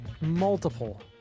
multiple